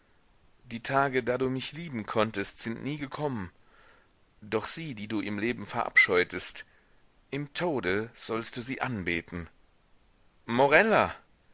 die tage da du mich lieben konntest sind nie gekommen doch sie die du im leben verabscheutest im tode sollst du sie anbeten morella